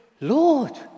Lord